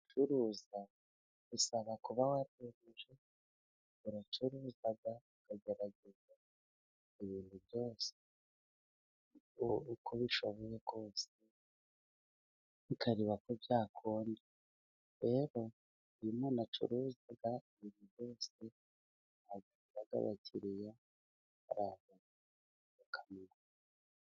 Gucuruza bisaba kuba watekereje ku bicuruzwa, ukagerageza ibintu byose uko ubishoboye kose, ukareba ko byakunda. Rero iyo umuntu acuruza ibintu byose, ntabwo abura abakiriya, baraza bakamugurira.